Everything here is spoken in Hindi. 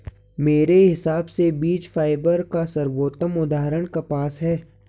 मेरे हिसाब से बीज फाइबर का सर्वोत्तम उदाहरण कपास है